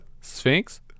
Sphinx